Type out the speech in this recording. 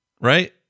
right